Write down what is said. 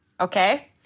Okay